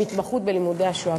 עם התמחות בלימודי השואה.